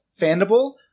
Fandible